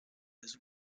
his